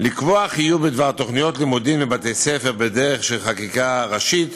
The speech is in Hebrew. לקבוע חיוב בדבר תוכניות לימודים לבתי-ספר בדרך של חקיקה ראשית